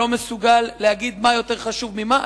אני לא מסוגל להגיד מה יותר חשוב ממה,